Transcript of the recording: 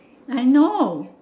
I know